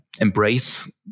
embrace